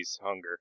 hunger